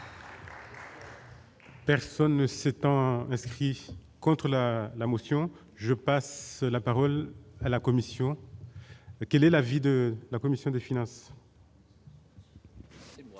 Personne ne s'étant inscrit contre la la motion, je passe la parole à la Commission, quel est l'avis de la commission des finances. Alors